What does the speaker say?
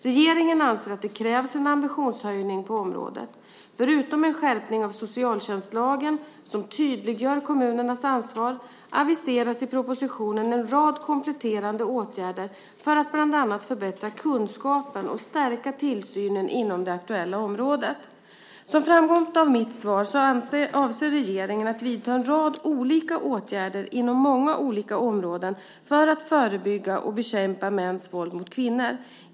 Regeringen anser att det krävs en ambitionshöjning på området. Förutom en skärpning av socialtjänstlagen, som tydliggör kommunernas ansvar, aviseras i propositionen en rad kompletterande åtgärder för att bland annat förbättra kunskapen och stärka tillsynen inom det aktuella området. Som framgått av mitt svar avser regeringen att vidta en rad olika åtgärder inom många olika områden för att förebygga och bekämpa mäns våld mot kvinnor.